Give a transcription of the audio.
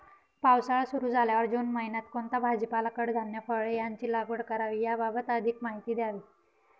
पावसाळा सुरु झाल्यावर जून महिन्यात कोणता भाजीपाला, कडधान्य, फळे यांची लागवड करावी याबाबत अधिक माहिती द्यावी?